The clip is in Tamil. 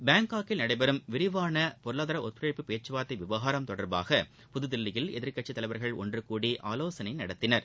பாங்காக்கில் நடைபெறும் விரிவான பொருளாதார ஒத்துழைப்பு பேச்சுவார்த்தை விவகாரம் தொடர்பாக புதுதில்லியில் எதிர்க்கட்சித் தலைவர்கள் ஒன்றுகூடி ஆலோசனை நடத்தினர்